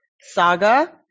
saga